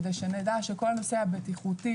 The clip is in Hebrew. כדי שנדע שכל הנושא הבטיחותי,